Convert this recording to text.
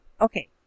okay